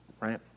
right